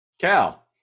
Cal